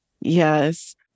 yes